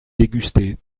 déguster